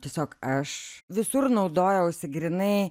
tiesiog aš visur naudojausi grynai